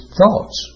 thoughts